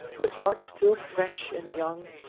with hearts still fresh and young,